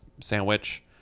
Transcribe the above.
sandwich